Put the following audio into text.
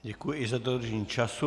Děkuji i za dodržení času.